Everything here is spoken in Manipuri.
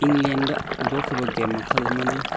ꯏꯪꯂꯦꯟꯗ ꯍꯧꯗꯣꯛꯈꯤꯕ ꯒꯦꯝ ꯃꯈꯜ ꯑꯃꯅꯤ